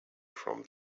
from